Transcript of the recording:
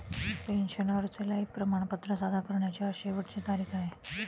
पेन्शनरचे लाइफ प्रमाणपत्र सादर करण्याची आज शेवटची तारीख आहे